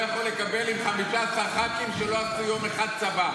יכול לקבל עם 15 ח"כים שלא עשו יום אחד צבא.